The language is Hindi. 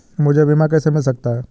मुझे बीमा कैसे मिल सकता है?